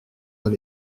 dans